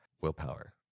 willpower